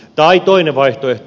tai toinen vaihtoehto